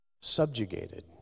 subjugated